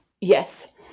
Yes